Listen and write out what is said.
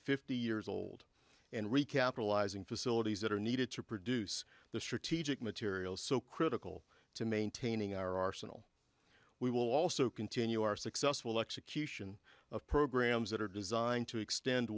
fifty years old and recapitalizing facilities that are needed to produce the strategic materials so critical to maintaining our arsenal we will also continue our successful execution of programs that are designed to extend